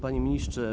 Panie Ministrze!